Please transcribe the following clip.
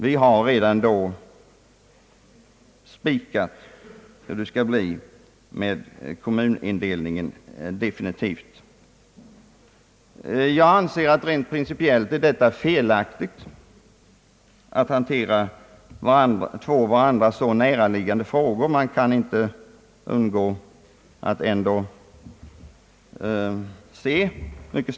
Vid denna tidpunkt har alltså redan fastslagits den definitiva utformningen beträffande kommunindelningen. Rent principiellt anser jag det felaktigt att tidsmässigt hantera två så närliggande frågor på det sättet.